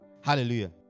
Hallelujah